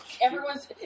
everyone's